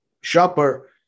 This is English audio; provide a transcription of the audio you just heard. shopper